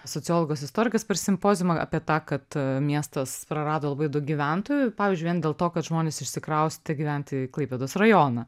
sociologas istorikas per simpoziumą apie tą kad miestas prarado labai daug gyventojų pavyzdžiui vien dėl to kad žmonės išsikraustė gyventi į klaipėdos rajoną